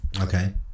Okay